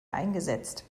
eingesetzt